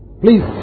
Please